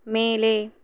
மேலே